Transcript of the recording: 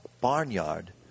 barnyard